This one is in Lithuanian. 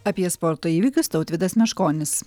apie sporto įvykius tautvydas meškonis